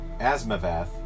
Asmavath